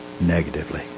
negatively